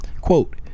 quote